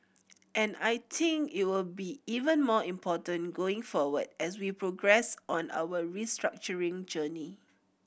and I think it will be even more important going forward as we progress on our restructuring journey